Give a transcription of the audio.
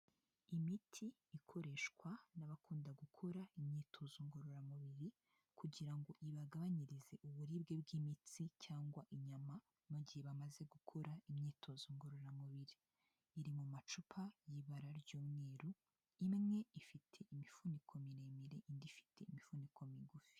Imiti ikoreshwa n'abakunda gukora imyitozo ngororamubiri kugira ngo ibagabanyirize uburibwe bw'imitsi cyangwa inyama mu gihe bamaze gukora imyitozo ngororamubiri, iri mu macupa y'ibara ry'umweru, imwe ifite imifuniko miremire indi ifite imifuniko migufi.